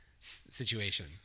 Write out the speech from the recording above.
situation